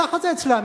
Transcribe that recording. ככה זה אצלם,